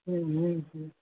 हँ हँ